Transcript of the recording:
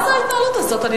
מה זה ההתנהלות הזאת?